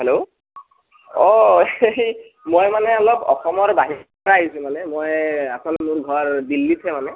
hello অঁ মই মানে অলপ অসমৰ বাহিৰৰ পৰা আহিছোঁ মানে মই আচল মোৰ ঘৰ দিল্লীতহে মানে